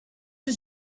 the